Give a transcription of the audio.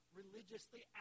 religiously